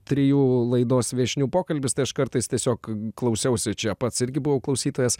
trijų laidos viešnių pokalbis tai aš kartais tiesiog klausiausi čia pats irgi buvau klausytojas